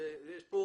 יש כאן